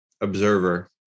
Observer